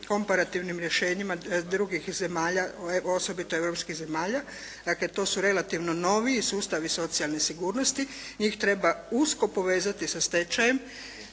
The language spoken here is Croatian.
komparativnim rješenjima drugih zemalja, osobito europskih zemalja, dakle to su relativno noviji sustavi socijalne sigurnosti, njih treba usko povezati sa stečajem.